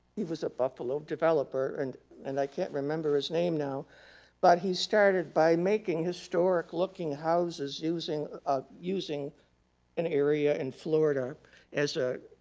he was a buffalo developer and and i can't remember his name now but he started by making historic looking houses using ah using an area in florida as a,